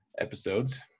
episodes